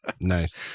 Nice